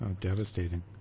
Devastating